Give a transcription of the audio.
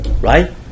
Right